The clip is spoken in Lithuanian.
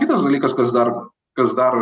kitas dalykas kas dar kas dar